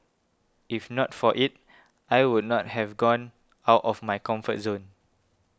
if not for it I would not have gone out of my comfort zone